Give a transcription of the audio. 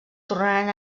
tornaran